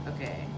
Okay